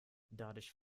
dadurch